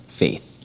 faith